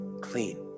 clean